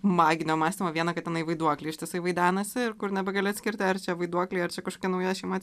maginio mąstymo viena kad tenai vaiduokliai ištisai vaidenasi ir kur nebegali atskirti ar čia vaiduokliai ar kažkokia nauja šeima